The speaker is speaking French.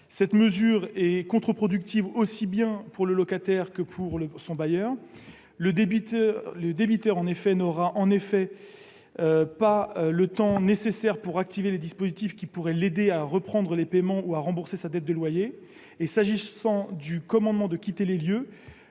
cette mesure est aussi contre-productive pour le locataire que pour son bailleur. En effet, le débiteur n'aura pas le temps nécessaire pour activer les dispositifs qui pourraient l'aider à reprendre les paiements ou à rembourser sa dette de loyer. Quant au commandement de quitter les lieux,